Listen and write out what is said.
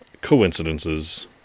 Coincidences